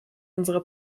unsere